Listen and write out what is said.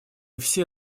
все